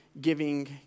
giving